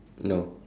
no